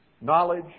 Knowledge